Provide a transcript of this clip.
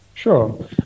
Sure